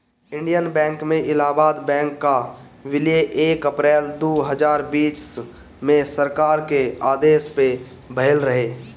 Indian bank में Allahabad bank कअ विलय एक अप्रैल दू हजार बीस में सरकार के आदेश पअ भयल रहे